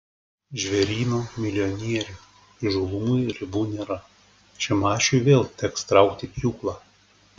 žvėryno milijonierių įžūlumui ribų nėra šimašiui vėl teks traukti pjūklą